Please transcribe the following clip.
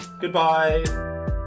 goodbye